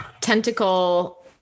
tentacle